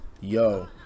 yo